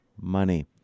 money